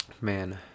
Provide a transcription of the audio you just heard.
Man